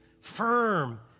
Firm